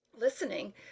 listening